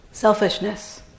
Selfishness